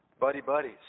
buddy-buddies